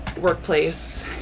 workplace